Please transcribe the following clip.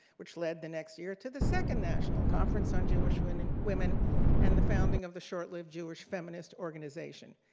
which led the next year to the second national conference on jewish women women and the founding of the short-lived jewish feminist organization.